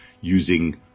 using